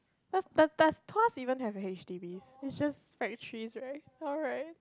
but does does Tuas even have a H_D_B is just factories right alright